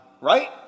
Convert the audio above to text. Right